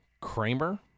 Kramer